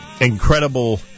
incredible